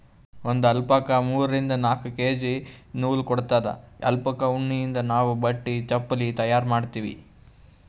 ಒಂದ್ ಅಲ್ಪಕಾ ಮೂರಿಂದ್ ನಾಕ್ ಕೆ.ಜಿ ನೂಲ್ ಕೊಡತ್ತದ್ ಅಲ್ಪಕಾ ಉಣ್ಣಿಯಿಂದ್ ನಾವ್ ಬಟ್ಟಿ ಚಪಲಿ ತಯಾರ್ ಮಾಡ್ತೀವಿ